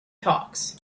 talks